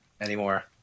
anymore